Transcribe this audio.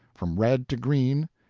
from red to green,